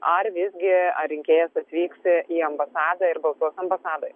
ar visgi ar rinkėjas atvyks į ambasadą ir balsuos ambasadoj